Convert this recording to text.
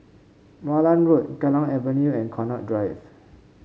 Malan Road Kallang Avenue and Connaught Drive